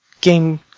game